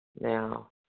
Now